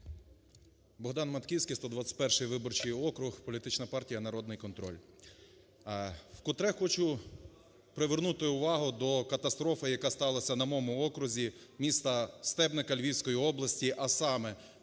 Богдан Матківський, 121 виборчий округ, політична партія "Народний контроль". Вкотре хочу привернути увагу до катастрофи, яка сталася на моєму окрузі, міста Стебника Львівської області, а саме